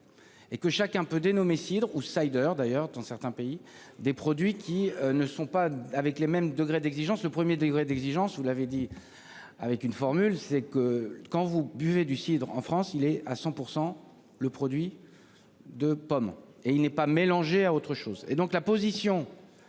Et que chacun peut dénommé cidre Sider d'ailleurs dans certains pays des produits qui ne sont pas avec les mêmes degré d'exigence. Le premier degré d'exigence. Vous l'avez dit. Avec une formule, c'est que quand vous buvez du cidre en France il est à 100 pour % le produit. De pommes et il n'est pas mélangées à autre chose